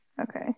Okay